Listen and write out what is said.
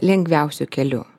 lengviausiu keliu